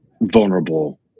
vulnerable